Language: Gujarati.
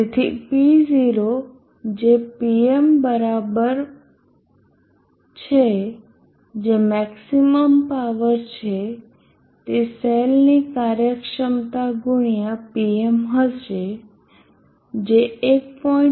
તેથી P0 જે Pm બરાબર છે જે મેક્ષીમમ પાવર છે તે સેલની કાર્યક્ષમતા ગુણ્યા Pm હશે જે 1